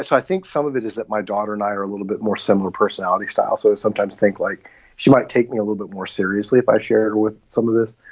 i think some of it is that my daughter and i are a little bit more similar personality style. so sometimes think like she might take me a little bit more seriously if i shared with some of this.